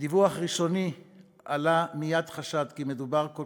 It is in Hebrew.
מדיווח ראשוני עלה מייד חשד כי מדובר ככל